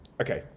okay